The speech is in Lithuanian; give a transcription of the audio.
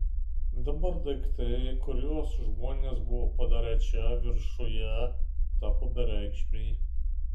dabar daiktai kuriuos žmonės buvo padarę čia viršuje tapo bereikšmiai